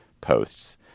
posts